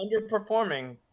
underperforming